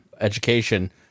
education